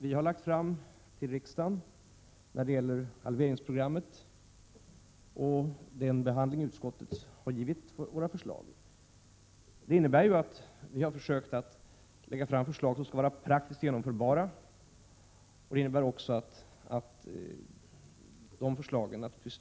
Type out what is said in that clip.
Vi har lagt fram förslag till riksdagen om halveringsprogrammet, och vi har försökt att lägga fram förslag som skall vara praktiskt genomförbara, vilket också utskottsbehandlingen syftar till.